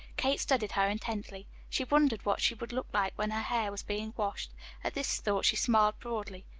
kate studied her intently. she wondered what she would look like when her hair was being washed at this thought she smiled broadly.